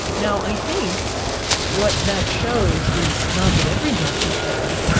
now i think what that shows is not that every death is bad,